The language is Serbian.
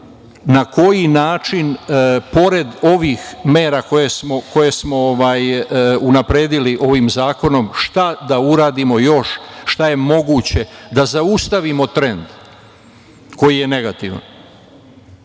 na koji način, pored ovih mera koje smo unapredili ovim zakonom, šta da uradimo još. Šta je moguće da zaustavimo trend koji je negativan?